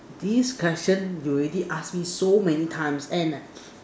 this question you already ask me so many times and eh